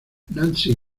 nancy